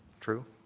true?